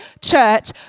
church